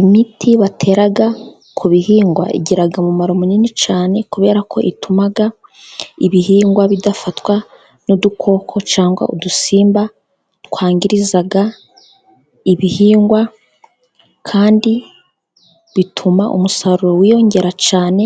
Imiti batera ku bihingwa igira umumaro munini cyane, kubera ko ituma ibihingwa bidafatwa n'udukoko cyangwa udusimba twangiriza ibihingwa, kandi bituma umusaruro wiyongera cyane,